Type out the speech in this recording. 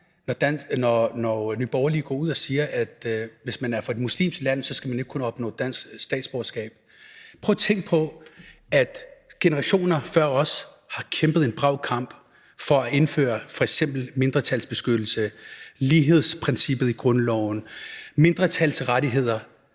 når Nye Borgerlige går ud og siger, at hvis man er fra et muslimsk land, skal man ikke kunne opnå dansk statsborgerskab. Prøv at tænke på, at generationer før os har kæmpet en brav kamp for at indføre f.eks. mindretalsbeskyttelse, lighedsprincippet i grundloven, mindretals rettigheder.